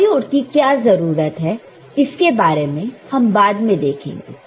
diode की क्या जरूरत है इसके बारे में हम बाद में देखेंगे